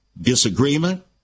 disagreement